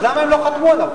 אז למה הם לא חתמו עליו?